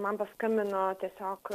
man paskambino tiesiog